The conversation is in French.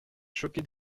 choqué